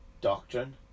doctrine